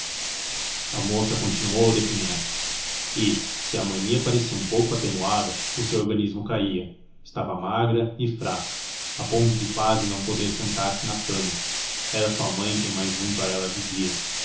a moça continuou a definhar e se a mania parecia um pouco atenuada o seu organismo caía estava magra e fraca a ponto de quase não poder sentar-se na cama era sua mãe quem mais junto a ela vivia